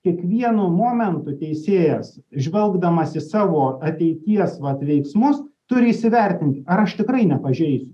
kiekvienu momentu teisėjas žvelgdamas į savo ateities vat veiksmus turi įsivertint ar aš tikrai nepažeisiu